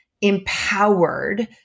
empowered